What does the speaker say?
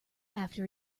after